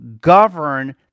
govern